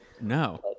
No